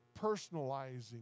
personalizing